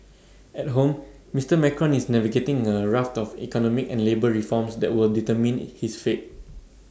at home Mister Macron is navigating A raft of economic and labour reforms that will determine his fate